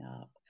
up